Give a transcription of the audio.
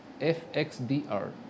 FXDR